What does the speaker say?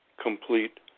complete